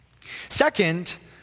Second